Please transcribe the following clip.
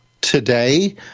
today